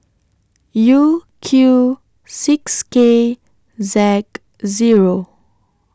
U Q six K Zac Zero